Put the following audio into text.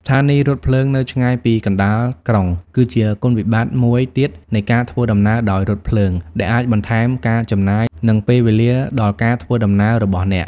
ស្ថានីយ៍រថភ្លើងនៅឆ្ងាយពីកណ្តាលក្រុង គឺជាគុណវិបត្តិមួយទៀតនៃការធ្វើដំណើរដោយរថភ្លើង ដែលអាចបន្ថែមការចំណាយ និងពេលវេលាដល់ការធ្វើដំណើររបស់អ្នក។